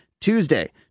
Tuesday